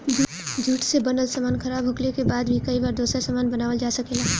jute से बनल सामान खराब होखले के बाद भी कई बार दोसर सामान बनावल जा सकेला